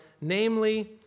namely